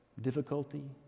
difficulty